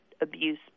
abuse